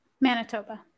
Manitoba